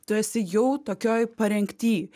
tu esi jau tokioj parengtį